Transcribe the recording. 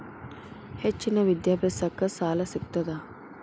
ಹೆಚ್ಚಿನ ವಿದ್ಯಾಭ್ಯಾಸಕ್ಕ ಸಾಲಾ ಸಿಗ್ತದಾ?